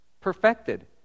perfected